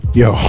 yo